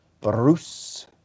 Bruce